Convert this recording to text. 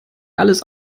alles